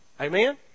Amen